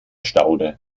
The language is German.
staude